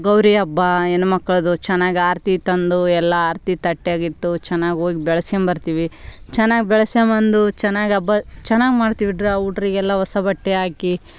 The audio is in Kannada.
ಗೌರಿ ಹಬ್ಬ ಹೆಣ್ಣು ಮಕ್ಳದ್ದು ಚೆನ್ನಾಗಿ ಆರತಿ ತಂದು ಎಲ್ಲ ಆರತಿ ತಟ್ಟೆಯಾಗೆ ಇಟ್ಟು ಚೆನ್ನಾಗಿ ಹೋಗಿ ಬೆಳ್ಗಿಸ್ಕೊಂಬ ಬರ್ತೀವಿ ಚೆನ್ನಾಗಿ ಬೆಳ್ಗಿಸ್ಕೊಂಬಂದು ಚೆನ್ನಾಗಿ ಹಬ್ಬ ಚೆನ್ನಾಗಿ ಮಾಡ್ತೀವಿ ಹುಡ್ರಹುಡ್ರಿಗೆಲ್ಲ ಹೊಸ ಬಟ್ಟೆ ಹಾಕಿ